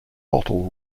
bottle